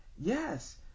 Yes